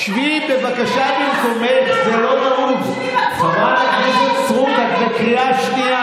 איזו זכות יש לך לדבר על נושא צה"ל בכלל?